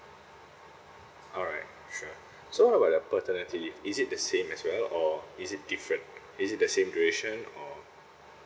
alright sure so what about the paternity leave is it the same as well or is it different is it the same duration or